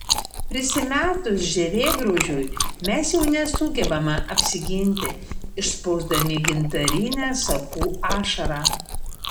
prisimetus žievėgraužiui mes jau nesugebame apsiginti išspausdami gintarinę sakų ašarą